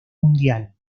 mundial